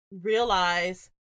realize